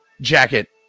jacket